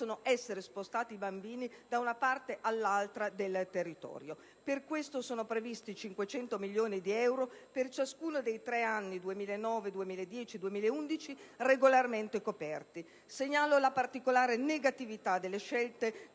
essere spostati da una parte all'altra del territorio. Per questo sono previsti 500 milioni di euro per ciascuno dei tre anni 2009-2010-2011, regolarmente coperti. Segnalo infine la particolare negatività delle scelte